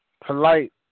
Polite